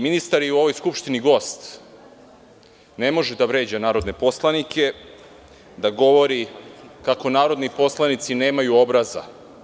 Ministar je u ovoj skupštini gost, ne može da vređa narodne poslanike, da govori kako narodni poslanici nemaju obraza.